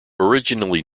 originally